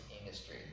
industry